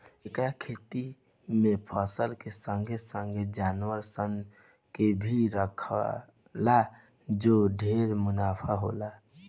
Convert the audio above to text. एकर खेती में फसल के संगे संगे जानवर सन के भी राखला जे से ढेरे मुनाफा होला